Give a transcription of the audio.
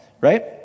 Right